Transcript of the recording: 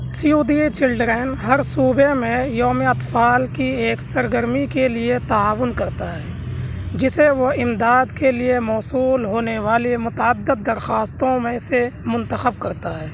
save the children ہر صوبے میں یومِ اطفال کی ایک سرگرمی کے لیے تعاون کرتا ہے جسے وہ امداد کے لیے موصول ہونے والی متعدد درخواستوں میں سے منتخب کرتا ہے